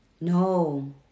No